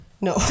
no